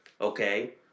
okay